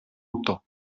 autor